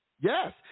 Yes